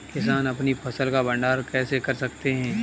किसान अपनी फसल का भंडारण कैसे कर सकते हैं?